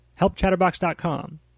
Helpchatterbox.com